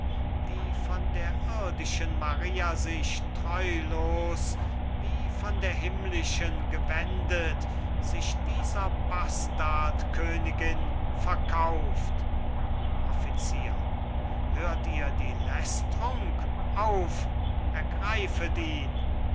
die von der irdischen maria sich treulos wie von der himmlischen gewendet sich dieser bastardkönigin verkauft offizier hört ihr die lästerung auf ergreifet ihn